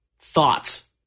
thoughts